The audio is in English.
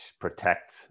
Protect